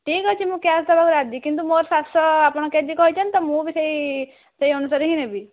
ଠିକ୍ ଅଛି ମୁଁ କ୍ୟାସ ଦେବାକୁ ରାଜି କିନ୍ତୁ ମୋର ସାତଶହ ଆପଣ କେଜି କହିଛନ୍ତି ତ ମୁଁ ବି ସେହି ସେହି ଅନୁସାରେ ହିଁ ନେବି